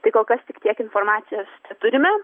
tai kol kas tik tiek informacijos turime